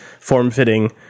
form-fitting